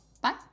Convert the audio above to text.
Bye